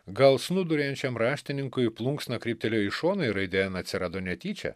gal snūduriuojančiam raštininkui plunksna kryptelėjo į šoną ir raidė n atsirado netyčia